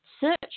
search